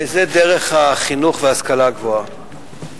זו דרך החינוך וההשכלה הגבוהה.